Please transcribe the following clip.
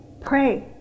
pray